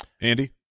Andy